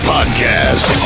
Podcast